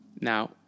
Now